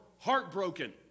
heartbroken